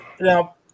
Now